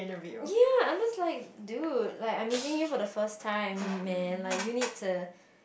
ya I'm just like dude like I'm meeting you for the first time man like you need to